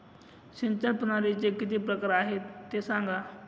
सिंचन प्रणालीचे किती प्रकार आहे ते सांगा